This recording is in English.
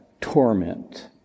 torment